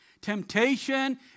Temptation